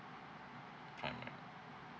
primary